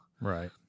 right